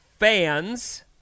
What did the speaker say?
Fans